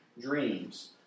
dreams